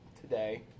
today